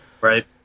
Right